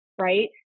right